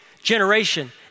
generation